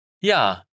Ja